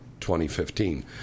2015